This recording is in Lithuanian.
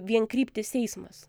vienkryptis eismas